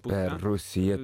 beje rusija